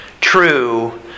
true